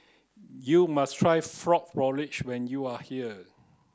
you must try frog porridge when you are here